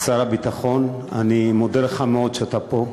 שר הביטחון, אני מודה לך מאוד על כך שאתה פה,